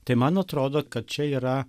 tai man atrodo kad čia yra